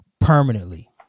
permanently